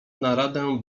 naradę